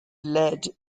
led